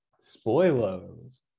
spoilers